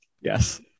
yes